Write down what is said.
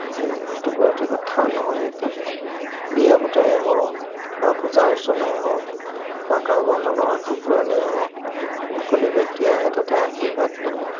যে সেই টোকোৰা এটোকোৰা থান হয় তাত বিয়া পতাই হওক বা পূজা অৰ্চনাই হওক বা কাৰোবাৰ মনৰ আশা পূৰণেই হওক সকলো ব্যক্তি আহে তাতে আশীৰ্বাদ লয়